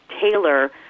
tailor